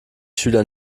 schüler